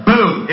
Boom